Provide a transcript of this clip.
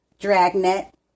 Dragnet